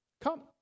Come